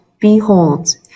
Behold